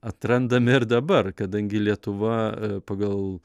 atrandame ir dabar kadangi lietuva pagal